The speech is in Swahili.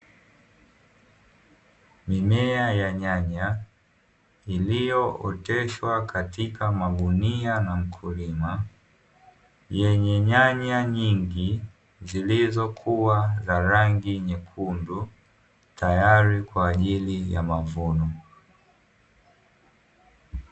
Mimea ya nyanya iliyooteshwa katika magunia na mkulima, yenye nyanya nyingi zilizokuwa za rangi nyekundu tayari kwa ajili ya mavuno.